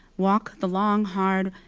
walk the long, hard,